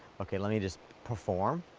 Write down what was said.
okay, let me just perform,